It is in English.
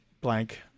blank